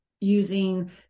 using